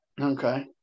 Okay